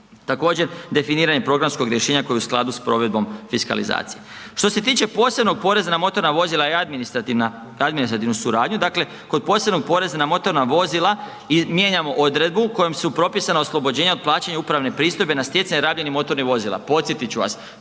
Također, definiranje programskog rješenja koje je u skladu s provedbom fiskalizacije. Što se tiče posebnog poreza na motorna vozila je administrativna, administrativnu suradnju, dakle kod posebnog poreza na motorna vozila mijenjamo odredbu kojom su propisana oslobođenja od plaćanja upravne pristojbe na stjecanje radnih i motornih vozila, posjetit ću vas,